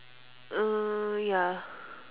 uh ya